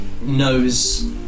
knows